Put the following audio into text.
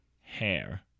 hair